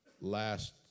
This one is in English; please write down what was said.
last